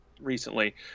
recently